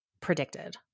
predicted